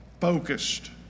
focused